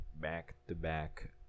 back-to-back